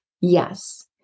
Yes